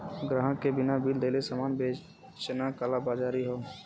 ग्राहक के बिना बिल देले सामान बेचना कालाबाज़ारी हौ